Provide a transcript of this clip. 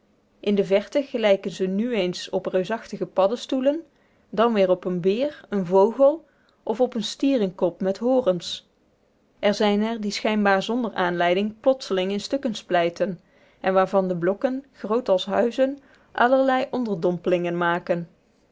in de verte gelijken ze nu eens op reusachtige paddestoelen dan weer op een beer een vogel of op een stierenkop met horens er zijn er die schijnbaar zonder aanleiding plotseling in stukken splijten en waarvan de blokken groot als huizen allerlei onderdompelingen maken